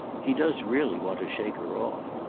he does really want to shake her off.